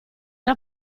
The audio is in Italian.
era